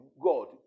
God